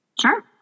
sure